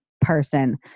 person